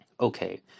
Okay